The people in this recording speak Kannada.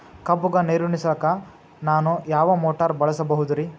ಕಬ್ಬುಗ ನೀರುಣಿಸಲಕ ನಾನು ಯಾವ ಮೋಟಾರ್ ಬಳಸಬಹುದರಿ?